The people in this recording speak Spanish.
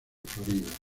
florida